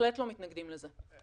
בהחלט לא מתנגדים לזה,